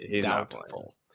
doubtful